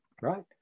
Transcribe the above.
right